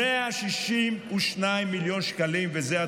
162 מיליון שקלים מתקציב הרווחה,